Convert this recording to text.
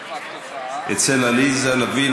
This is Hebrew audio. אצל עליזה לביא.